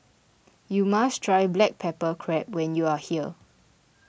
you must try Black Pepper Crab when you are here